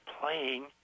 playing